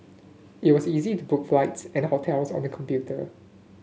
it was easy to book flights and hotels on the computer